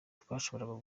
twashoboraga